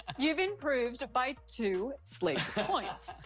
you've improved by two sleep points.